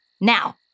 Now